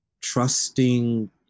trusting